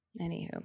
Anywho